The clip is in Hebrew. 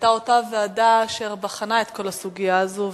היתה אותה ועדה שבחנה את כל הסוגיה הזו.